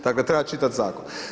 Dakle treba čitati zakon.